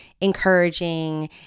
encouraging